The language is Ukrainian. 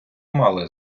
мали